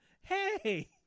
Hey